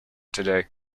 today